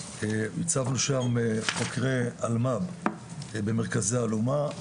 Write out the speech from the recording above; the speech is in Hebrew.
הצבנו שם חוקרי אלמ"פ במרכזי ההגנה.